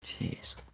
Jeez